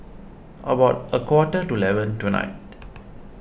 about a quarter to eleven tonight